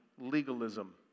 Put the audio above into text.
legalism